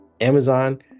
Amazon